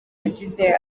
yagize